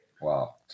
wow